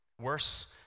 Worse